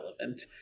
relevant